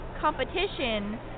Competition